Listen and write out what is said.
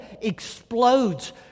explodes